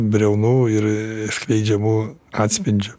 briaunų ir skleidžiamu atspindžiu